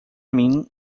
mim